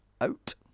out